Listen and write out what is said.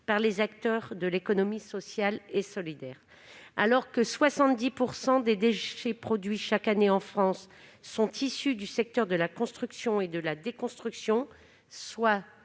par les acteurs de l'économie sociale et solidaire. Alors que 70 % des déchets produits chaque année en France sont issus du secteur de la construction et de la déconstruction,